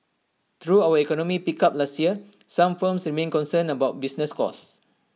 though our economy picked up last year some firms remain concerned about business costs